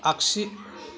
आगसि